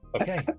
Okay